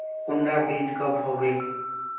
कुंडा बीज कब होबे?